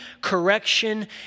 correction